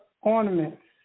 ornaments